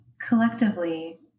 collectively